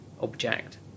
object